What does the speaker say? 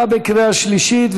בקריאה שלישית,